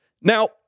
Now